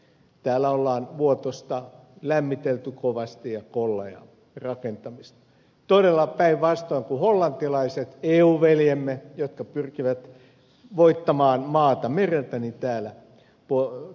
täällä on vuotosta lämmitelty kovasti ja kollajan rakentamista todella päinvastoin kuin hollantilaiset eu veljemme jotka pyrkivät voittamaan maata mereltä